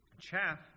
Chaff